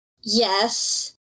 yes